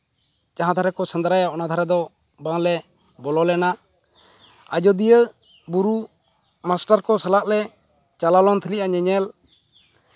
ᱡᱟᱦᱟᱸ ᱫᱷᱟᱨᱮ ᱠᱚ ᱥᱮᱸᱫᱽᱨᱟᱭᱟ ᱚᱱᱟ ᱫᱷᱟᱨᱮ ᱫᱚ ᱵᱟᱝᱞᱮ ᱵᱚᱞᱚ ᱞᱮᱱᱟ ᱟᱡᱳᱫᱤᱭᱟᱹ ᱵᱩᱨᱩ ᱢᱟᱥᱴᱟᱨ ᱠᱚ ᱥᱟᱞᱟᱜ ᱞᱮ ᱪᱟᱞᱟᱣ ᱞᱮᱱ ᱛᱟᱦᱮᱸᱜᱼᱟ ᱧᱮᱧᱮᱞ